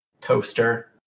toaster